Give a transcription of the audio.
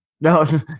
no